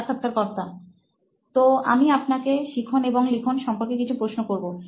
সাক্ষাৎকারকর্তা তো আমি আপনাকে শিখন এবং লিখন সম্পর্কিত কিছু প্রশ্ন করবো